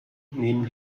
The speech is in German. nehmen